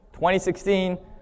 2016